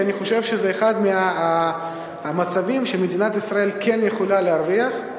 כי אני חושב שזה אחד מהמצבים שמדינת ישראל כן יכולה להרוויח,